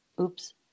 Oops